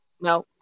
No